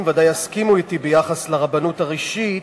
ודאי יסכימו אתי בעניין הרבנות הראשית,